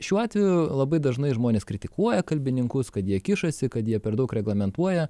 šiuo atveju labai dažnai žmonės kritikuoja kalbininkus kad jie kišasi kad jie per daug reglamentuoja